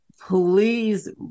please